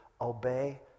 obey